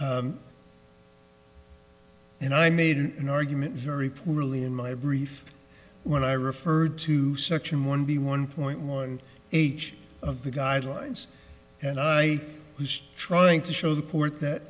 not and i made an argument very poorly in my brief when i referred to section one b one point one age of the guidelines and i was trying to show the court